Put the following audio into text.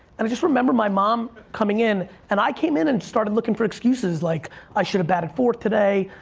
and i just remember my mom coming in and i came in and starting looking for excuses like i should've batted fourth today,